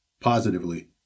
positively